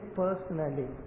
personally